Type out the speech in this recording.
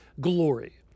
glory